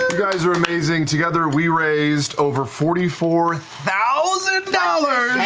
guys are amazing. together, we raised over forty four thousand dollars.